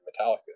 Metallica